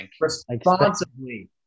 Responsibly